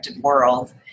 world